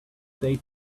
date